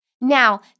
Now